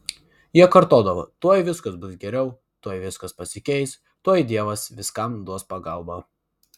jie kartodavo tuoj viskas bus geriau tuoj viskas pasikeis tuoj dievas viskam duos pagalbą